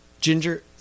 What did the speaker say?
Ginger